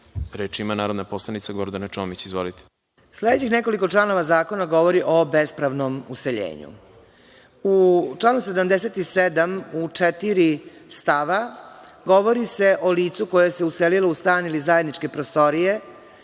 reč? Reč ima narodna poslanica Gordana Čomić. Izvolite.